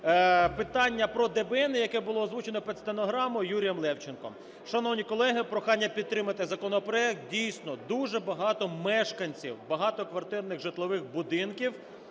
питання про ДБНи, яке було озвучено під стенограму Юрієм Левченком. Шановні колеги, прохання підтримати законопроект. Дійсно дуже багато мешканців багатоквартирних житлових будинків